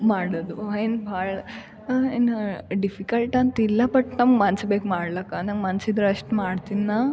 ಮಾಡೋದು ಏನು ಭಾಳ ಏನು ಡಿಫಿಕಲ್ಟ್ ಅಂತಿಲ್ಲ ಬಟ್ ನಮ್ಮ ಮನ್ಸು ಬೇಕು ಮಾಡ್ಲಕ್ಕೆ ನಂಗೆ ಮನ್ಸು ಇದ್ರೆ ಅಷ್ಟು ಮಾಡ್ತಿನಿ ನಾ